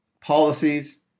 policies